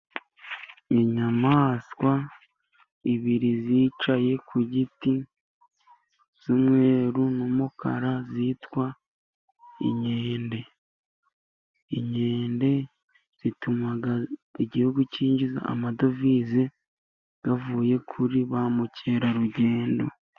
Inyamaswa ebyiri zicaye ku giti z'umweru n'umukara zitwa Inkende, Inkende zituma igihugu cyinjiza amadovize, yavuye kuri ba mukerarugendo.